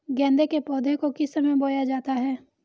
गेंदे के पौधे को किस समय बोया जाता है?